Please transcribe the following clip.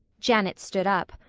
janet stood up.